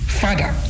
father